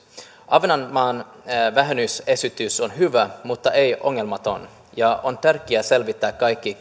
ahvenanmaan vähennysesitys on hyvä mutta ei ongelmaton ja on tärkeää selvittää kaikki